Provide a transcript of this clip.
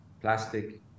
plastic